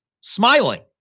smiling